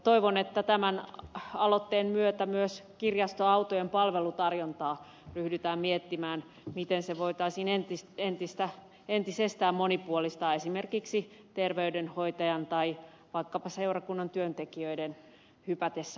toivon että tämän aloitteen myötä myös kirjastoautojen palvelutarjontaa ryhdytään miettimään miten sitä voitaisiin entisestään monipuolistaa esimerkiksi terveydenhoitajan tai vaikkapa seurakunnan työntekijöiden hypätessä bussiin